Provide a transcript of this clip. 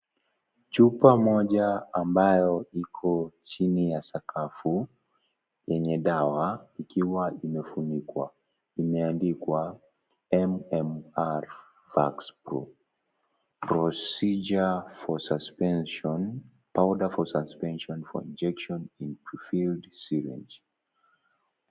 Chupa moja ambayo iko chini ya sakafu, yenye dawa, ikiwa imefunikwa. Imeandikwa, "MMR fuckson, powder for suspension for injection in profused syringe."